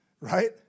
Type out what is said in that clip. Right